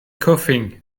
coughing